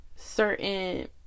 Certain